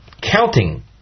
counting